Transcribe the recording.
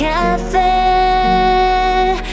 Cafe